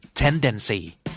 Tendency